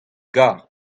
gar